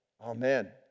Amen